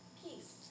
peace